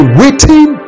waiting